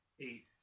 Eight